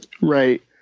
Right